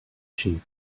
sheep